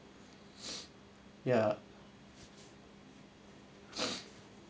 ya